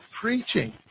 preaching